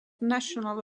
national